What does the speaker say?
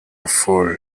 fool